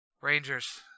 Rangers